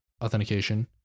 authentication